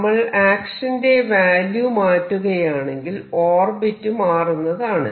നമ്മൾ ആക്ഷന്റെ വാല്യൂ മാറ്റുകയാണെങ്കിൽ ഓർബിറ്റ് മാറുന്നതാണ്